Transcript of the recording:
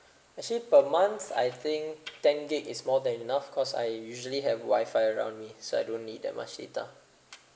actually per month I think ten gig is more than enough cause I usually have wifi around me so I don't need that much data